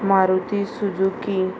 Maruti Suzuki